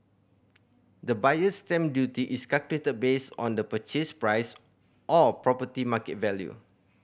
the Buyer's Stamp Duty is calculated based on the purchase price or property market value